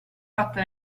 fatto